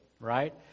right